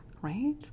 Right